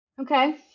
Okay